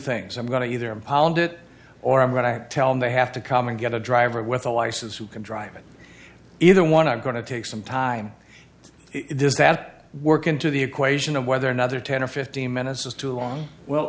things i'm going to either impound it or i'm going to tell me i have to come and get a driver with a license who can drive it either one i'm going to take some time does that work into the equation of whether another ten or fifteen minutes is too long well